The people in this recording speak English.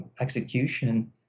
execution